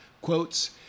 Quotes